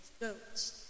goats